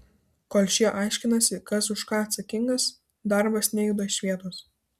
kol šie aiškinasi kas už ką atsakingas darbas nejuda iš vietos